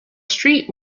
street